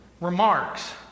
remarks